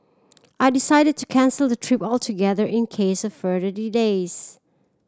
I decided to cancel the trip altogether in case of further delays